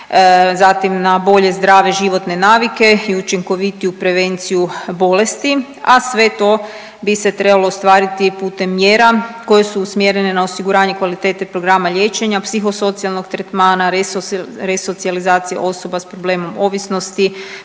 zatim na bolje, zdrave životne navike i učinkovitiju prevenciju bolesti, a sve to bi se trebalo ostvariti putem mjera koje su usmjerene na osiguranje kvalitete programa liječenja, psihosocijalnog tretmana, resocijalizacije osoba s problemom ovisnosti,